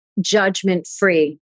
judgment-free